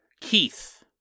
Keith